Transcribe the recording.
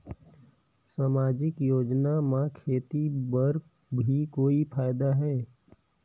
समाजिक योजना म खेती बर भी कोई फायदा है?